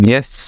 Yes